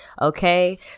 Okay